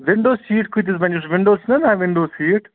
window seat کۭتِس بَنہِ یُس وِنٛڈو چھُ نہ حظ آسان وِنٛڈو سیٖٹ